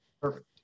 perfect